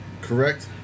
correct